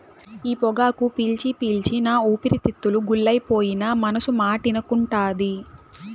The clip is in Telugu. ఈ పొగాకు పీల్చి పీల్చి నా ఊపిరితిత్తులు గుల్లైపోయినా మనసు మాటినకుంటాంది